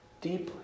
deeply